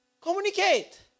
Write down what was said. communicate